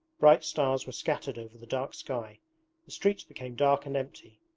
bright stars were scattered over the dark sky. the streets became dark and empty.